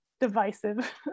divisive